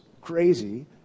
crazy